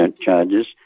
charges